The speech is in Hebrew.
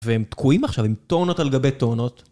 והם תקועים עכשיו, עם טונות על גבי טונות...